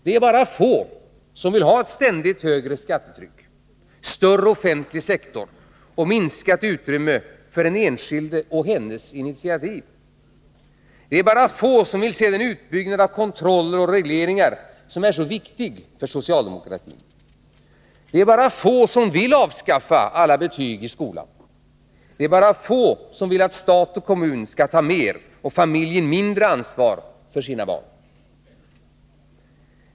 Det är bara få som vill ha ett ständigt högre skattetryck, större offentlig sektor och minskat utrymme för den enskilde och hennes initiativ. Det är bara få som vill se den utbyggnad av kontroller och regleringar som är så viktig för socialdemokratin. Det är bara få som vill avskaffa alla betyg i skolan. Det är bara få som vill att stat och kommun skall ta mer och familjen mindre ansvar för sina barn.